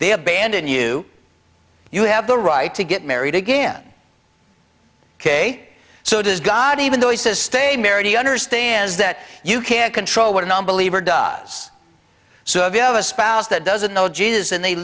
they abandon you you have the right to get married again ok so does god even though he says stay married he understands that you can't control what a nonbeliever does so if you have a spouse that doesn't know jesus and they